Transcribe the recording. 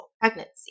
pregnancy